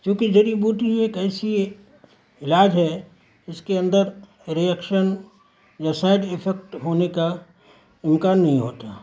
چونکہ جڑی بوٹی ایک ایسی علاج ہے اس کے اندر ری ایکشن یا سائڈ افیکٹ ہونے کا امکان نہیں ہوتا